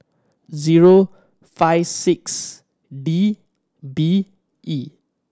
zero five six D B E